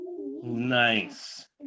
Nice